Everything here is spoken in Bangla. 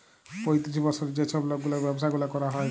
পঁয়তিরিশ বসরের যে ছব লকগুলার ব্যাবসা গুলা ক্যরা হ্যয়